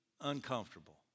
uncomfortable